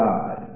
God